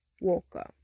Walker